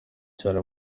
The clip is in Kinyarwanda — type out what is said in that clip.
cyane